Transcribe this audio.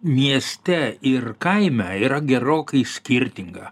mieste ir kaime yra gerokai skirtinga